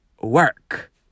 work